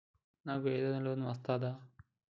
నాకు ఏదైనా లోన్ వస్తదా?